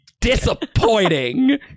disappointing